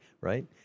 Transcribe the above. right